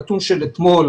הנתון של אתמול,